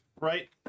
right